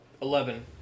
Eleven